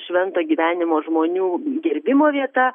švento gyvenimo žmonių gerbimo vieta